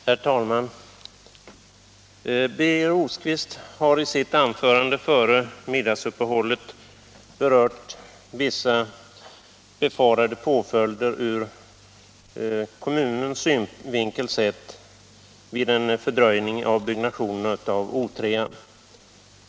Herr talman! Birger Rosqvist har i sitt anförande före middagsuppehållet berört vissa ur kommunens synvinkel sett befarade påföljder vid en fördröjning av byggnationen av O 3.